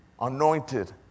anointed